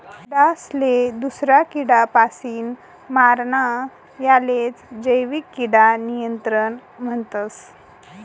किडासले दूसरा किडापासीन मारानं यालेच जैविक किडा नियंत्रण म्हणतस